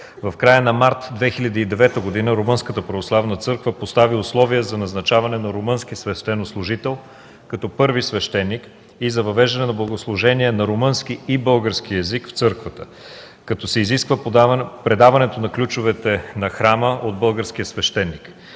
В края на март 2009 г. Румънската православна църква постави условие за назначаване на румънски свещенослужител, като първи свещеник, и за въвеждане на богослужение на румънски и български език в църквата, като се изисква предаването на ключовете на храма от българския свещеник.